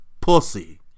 Pussy